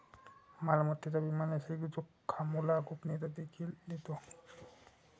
मालमत्तेचा विमा नैसर्गिक जोखामोला गोपनीयता देखील देतो